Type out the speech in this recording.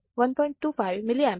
25 milli ampere